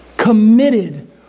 committed